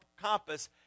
compass